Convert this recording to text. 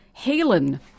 Halen